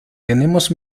tenemos